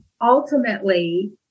Ultimately